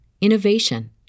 innovation